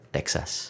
Texas